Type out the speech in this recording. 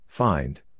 Find